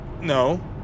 no